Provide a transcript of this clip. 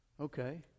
Okay